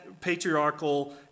patriarchal